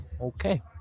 Okay